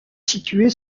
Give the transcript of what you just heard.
située